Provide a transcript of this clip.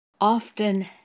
Often